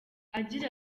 agira